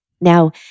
Now